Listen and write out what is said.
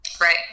Right